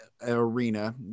arena